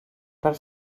per